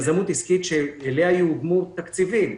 יזמות עסקית שאליה יאוגמו תקציבים,